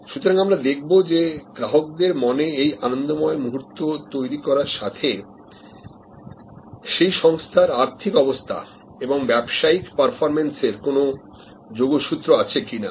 সুতরাং আমরা দেখবো যে গ্রাহকদের মনে এই আনন্দময় মুহূর্ত তৈরি করার সাথে সেই সংস্থার আর্থিক অবস্থা এবং ব্যবসায়িক পারফরম্যান্স এর কোন যোগসুত্র আছে কিনা